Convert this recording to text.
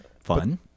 Fun